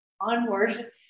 onward